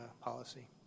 policy